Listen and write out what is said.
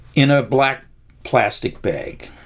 in a black plastic bag